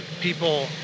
people